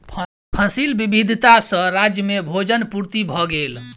फसिल विविधता सॅ राज्य में भोजन पूर्ति भ गेल